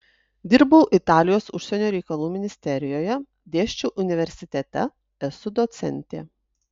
dirbau italijos užsienio reikalų ministerijoje dėsčiau universitete esu docentė